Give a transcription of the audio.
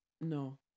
No